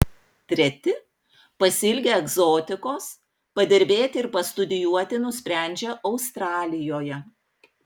treti pasiilgę egzotikos padirbėti ir pastudijuoti nusprendžia australijoje